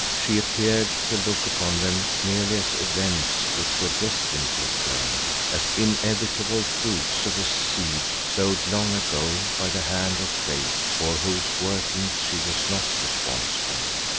she appeared to look upon them merely as events which were destined to occur, as inevitable fruits of a seed sowed long ago by the hand of fate for whose workings she was not responsible.